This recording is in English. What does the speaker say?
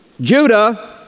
Judah